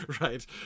right